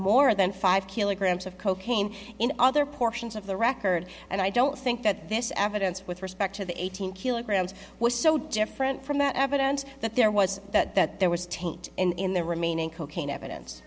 more than five kilograms of cocaine in other portions of the record and i don't think that this evidence with respect to the eighteen kilograms was so different from that evidence that there was that that there was taint in the remaining cocaine evidence